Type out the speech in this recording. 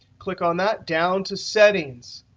click on that, down to settings.